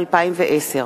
תודה.